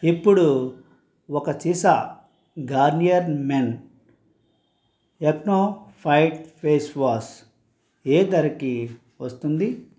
ఇప్పుడు ఒక సీసా Garnier men acno fight face wash ఏ ధరకి వస్తుంది